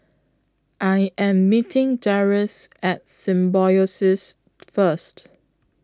I Am meeting Darrius At Symbiosis First